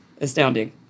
astounding